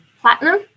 platinum